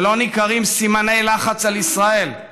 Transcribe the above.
שלא ניכרים סימני לחץ על ישראל.